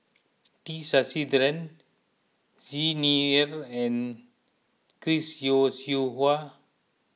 T Sasitharan Xi Ni Er and Chris Yeo Siew Hua